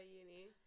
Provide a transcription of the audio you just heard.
uni